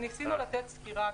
ניסינו לתת סקירה.